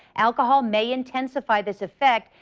alcohol may intensify this effect.